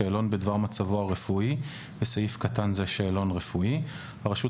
שאלון בדבר מצבו הרפואי (בסעיף קטן זה שאלון רפואי); הרשות